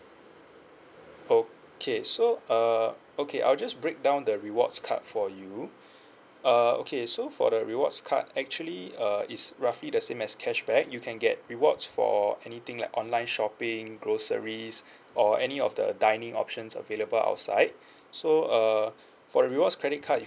okay so uh okay I'll just break down the rewards card for you uh okay so for the rewards card actually uh is roughly the same as cashback you can get rewards for anything like online shopping groceries or any of the dining options available outside so uh for the rewards credit card you